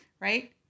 right